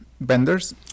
vendors